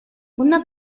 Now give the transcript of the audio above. una